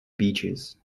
beaches